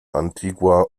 antigua